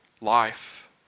life